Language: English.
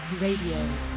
Radio